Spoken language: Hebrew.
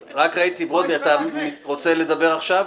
ברודני, אתה רוצה לדבר עכשיו?